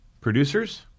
producers